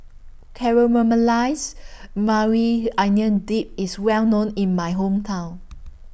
Caramelized Maui Onion Dip IS Well known in My Hometown